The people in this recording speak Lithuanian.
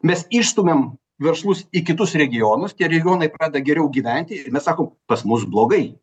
mes išstumiam verslus į kitus regionus tie regionai pradeda geriau gyventi ir mes sakom pas mus blogai